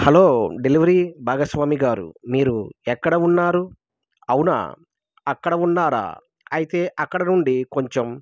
hello delivery భాగస్వామి గారు మీరు ఎక్కడ ఉన్నారు అవునా అక్కడ ఉన్నారా అయితే అక్కడ నుండి కొంచెం